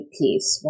piece